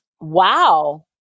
Wow